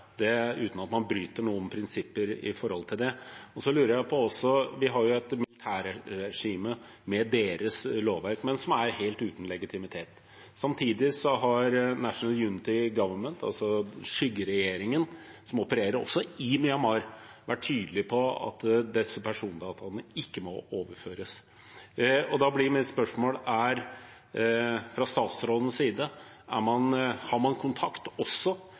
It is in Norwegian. uten at man bryter noen prinsipper ved det. Jeg lurer på: Det er jo et militærregime – med sitt lovverk, som er helt uten legitimitet. Samtidig har National Unity Government, altså skyggeregjeringen som også opererer i Myanmar, vært tydelig på at disse persondataene ikke må overføres. Da blir mitt spørsmål: Har man fra statsrådens side kontakt også med National Unity Government, og forsøker man